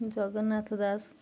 Jagannath Das